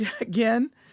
again